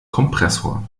kompressor